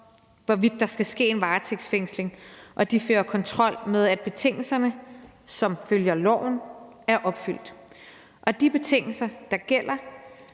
hvorvidt der skal ske en varetægtsfængsling, og de fører kontrol med, at betingelserne, som følger loven, er opfyldt, og de betingelser, der gælder